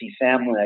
family